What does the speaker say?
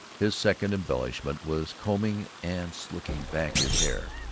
his second embellishment was combing and slicking back his hair.